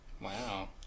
Wow